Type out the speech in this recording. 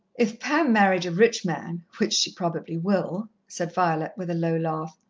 if pam married a rich man which she probably will, said violet, with a low laugh.